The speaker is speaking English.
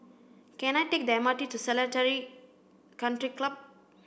can I take the M R T to Seletar Country Club